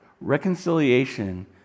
reconciliation